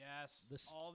Yes